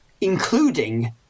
including